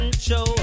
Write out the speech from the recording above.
show